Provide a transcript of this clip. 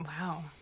Wow